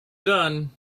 done